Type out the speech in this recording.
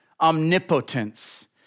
Omnipotence